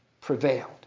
prevailed